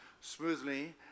smoothly